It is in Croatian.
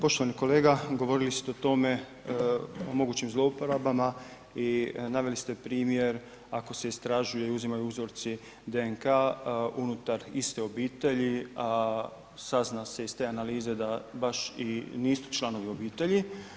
Poštovani kolega govorili ste o mogućim zlouporabama i naveli ste primjer ako se istražuju i uzimaju uzorci DNK unutar iste obitelji, a sazna se iz te analize da baš i nisu članovi obitelji.